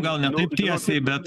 gal ne taip tiesai bet